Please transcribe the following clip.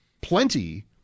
plenty